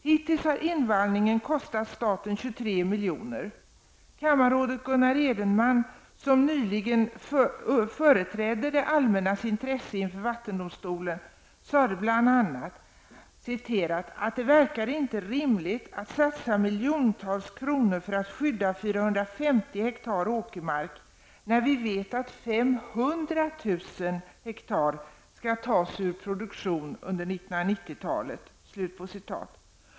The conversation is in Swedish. Hittills har invallningen kostat staten 23 milj.kr. Kammarrådet Gunnar Edenman, som nyligen företrädde det allmännas intresse inför vattendomstolen, sade bl.a.: ''Det verkar inte rimligt att satsa miljontals kronor för att skydda 450 hektar åkermark, när vi vet att 500 000 hektar skall tas ur produktion under 1990-talet.''